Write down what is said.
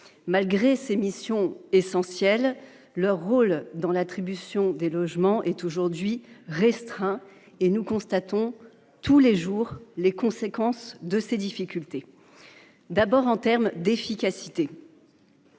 Malgré ces missions essentielles, leur rôle dans l’attribution des logements est aujourd’hui restreint ; et nous constatons tous les jours les conséquences de cette difficulté. Tout d’abord, pour ce qui est de l’efficacité,